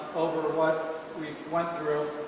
over what we went through